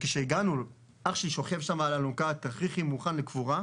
כשהגענו אח שלי שוכב שם על האלונקה עם תכריכים מוכן לקבורה,